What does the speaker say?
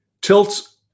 tilts